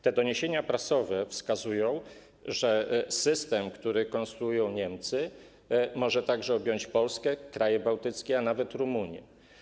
Te doniesienia prasowe wskazują, że system, który konstruują Niemcy, może objąć także Polskę, kraje bałtyckie, a nawet Rumunię.